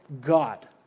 God